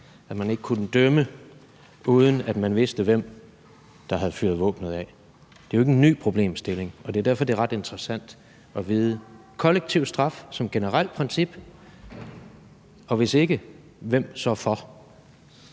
at man ikke kunne dømme, uden at man vidste, hvem der havde affyret våbnet. Det er jo ikke en ny problemstilling. Det er derfor, det er ret interessant at vide: Er det kollektiv straf som generelt princip? Hvis ikke det er